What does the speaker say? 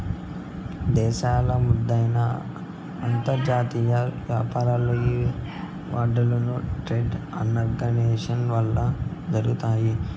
దేశాల మద్దెన అంతర్జాతీయ యాపారాలు ఈ వరల్డ్ ట్రేడ్ ఆర్గనైజేషన్ వల్లనే జరగతాయి